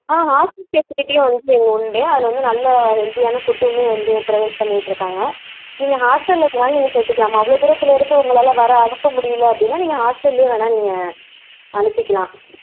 ஆ hostel ஃபெசிலிட்டியும் வந்து இங்கே உண்டு அது வந்து நல்ல ஹெல்தியான ஃபுட்டும் வந்து ப்ரொவைட் பண்ணிகிட்ருக்காங்க நீங்கள் ஹாஸ்டலில் வேணாலும் நீங்கள் சேர்த்துக்கலாம்மா அவ்வளோ தூரத்திலேருந்து உங்களால் வர அனுப்ப முடியிலை அப்படின்னா நீங்கள் ஹாஸ்டலில் வேணால் நீங்கள் அனுப்பிக்கலாம்